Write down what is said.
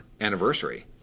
anniversary